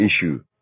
issue